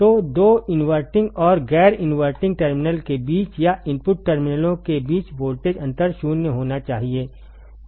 तो दो इनवर्टिंग और गैर इनवर्टिंग टर्मिनल के बीच या इनपुट टर्मिनलों के बीच वोल्टेज अंतर 0 होना चाहिए